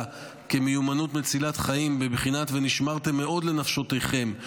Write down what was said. כמיומנות מצילת חיים בבחינת "ונשמרתם מאוד לנפשותיכם".